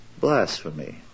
blasphemy